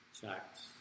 checks